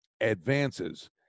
advances